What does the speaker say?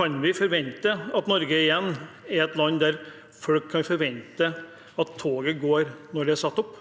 Kan vi forvente at Norge igjen blir et land der folk kan forvente at toget går når det er satt opp?